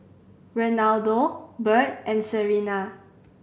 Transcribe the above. Renaldo Bird and Serena